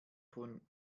von